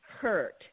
hurt